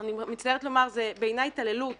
אני מצטערת לומר, זה בעיניי התעללות